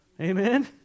Amen